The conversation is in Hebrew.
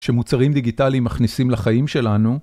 שמוצרים דיגיטליים מכניסים לחיים שלנו.